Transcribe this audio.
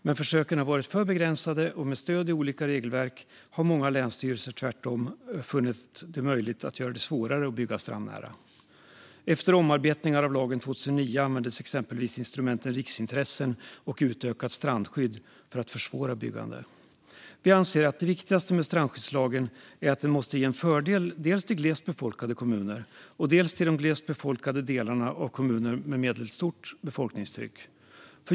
Men försöken har varit för begränsade, och med stöd i olika regelverk har många länsstyrelser tvärtom funnit det möjligt att göra det svårare att bygga strandnära. Efter omarbetningar av lagen 2009 användes exempelvis instrumenten riksintressen och utökat strandskydd för att försvåra byggande. Vi anser att det viktigaste med strandskyddslagen är att den måste ge en fördel dels till glest befolkade kommuner, dels till de glest befolkade delarna av kommuner med medelstort befolkningstryck.